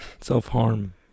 self-harm